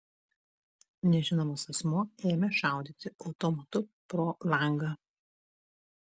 nežinomas asmuo ėmė šaudyti automatu pro langą